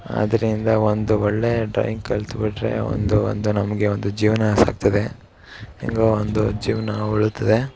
ಆದ್ದರಿಂದ ಒಂದು ಒಳ್ಳೆಯ ಡ್ರಾಯಿಂಗ್ ಕಲಿತ್ಬಿಟ್ರೆ ಒಂದು ಒಂದು ನಮಗೆ ಒಂದು ಜೀವನ ಸಾಗ್ತದೆ ಹೇಗೋ ಒಂದು ಜೀವನ ಉಳುತ್ತದೆ